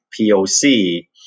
POC